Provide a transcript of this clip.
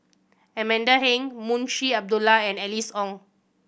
Amanda Heng Munshi Abdullah and Alice Ong